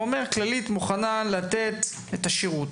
הוא אומר: כללית מוכנה לתת את השירות